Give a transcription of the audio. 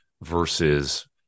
versus